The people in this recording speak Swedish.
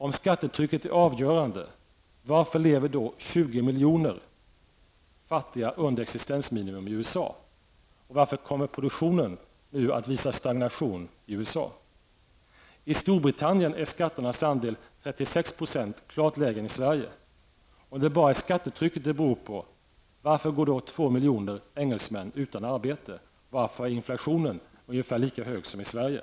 Om skattetrycket är avgörande, varför lever då 20 miljoner fattiga under existensminimum i USA? Varför kommer produktionen där nu att visa stagnation? I Storbritannien är skatternas andel 36 %, klart lägre än i Sverige. Om det bara är skattetrycket det beror på, varför går då 2 miljoner engelsmän utan arbete och varför är inflationen ungefär lika hög som i Sverige?